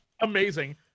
amazing